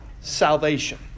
Salvation